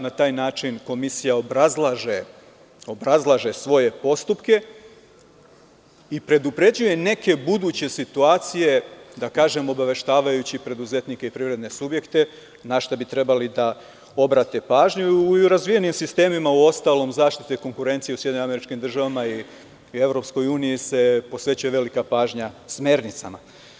Na taj način komisija obrazlaže svoje postupke i predupređuje neke buduće situacije, da kažem, obaveštavajući preduzetnike i privredne subjekte na šta bi trebali da obrate pažnju i u razvijenim sistemima u ostalom zaštite konkurencije u SAD i EU se posvećuje velika pažnja smernicama.